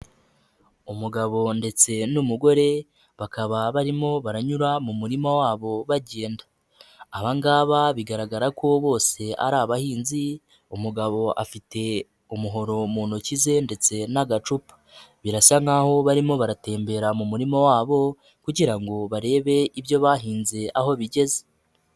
Umugabo ndetse n'umugore bakaba barimo baranyura mu murima wabo bagenda, aba ngaba bigaragara ko bose ari abahinzi umugabo afite umuhoro mu ntoki ze ndetse n'agacupa, birasa nk'aho barimo baratembera mu murima wabo kugira ngo barebe ibyo bahinze aho bigeze.